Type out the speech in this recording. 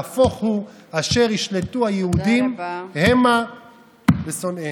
ונהפוך הוא: "אשר ישלטו היהודים המה בשנאיהם".